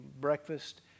breakfast